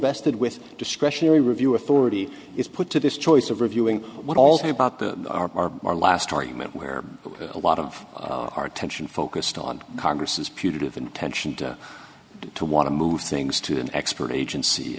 vested with discretionary review authority is put to this choice of reviewing what all the about that are our last argument where a lot of our attention focused on congress's putative intention to want to move things to an expert agency